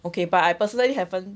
okay but I personally haven't